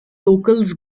locals